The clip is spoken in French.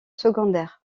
secondaires